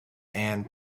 and